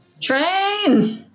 Train